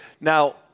Now